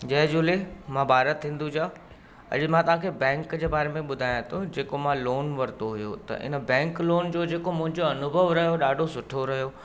जय झूले मां भारत हिंदूजा अॼु मां तव्हांखे बैंक जे बारे में ॿुधायां थो जेको मां लोन वरितो हुओ त हिन बैंक लोन जो जेको मुंहिंजो अनुभव रहियो ॾाढो सुठो रहियो